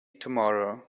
tomorrow